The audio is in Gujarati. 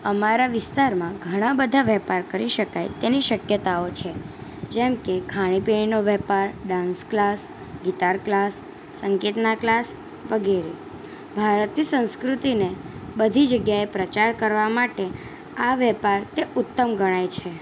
અમારા વિસ્તારમાં ઘણા બધા વેપાર કરી શકાય તેની શક્યતાઓ છે જેમ કે ખાણીપીણીનો વેપાર ડાન્સ ક્લાસ ગીટાર ક્લાસ સંગીતના ક્લાસ વગેરે ભારતની સંસ્કૃતિને બધી જગ્યાએ પ્રચાર કરવા માટે આ વેપાર તે ઉત્તમ ગણાય છે